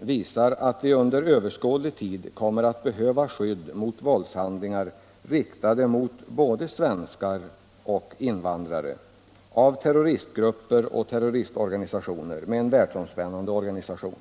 visar att vi under överskådlig tid kommer att behöva skydd mot våldshandlingar, riktade mot både svenskar och invandrare, av terroristgrupper och världsomspännande terroristorganisationer.